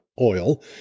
oil